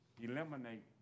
eliminate